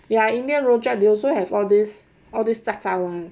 ya indian rojak they also have all this all this 炸 [one]